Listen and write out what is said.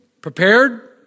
prepared